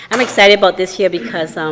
um excited about this year because um